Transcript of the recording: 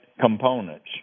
components